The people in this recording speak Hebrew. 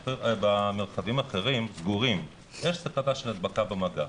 במרחבים אחרים סגורים יש סכנה של הדבקה במגע.